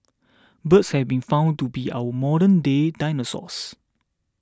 birds have been found to be our modernday dinosaurs